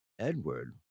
Edward